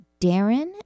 Darren